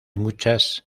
muchas